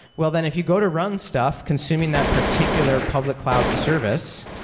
well, then if you go to run stuff, consuming that particular public cloud service,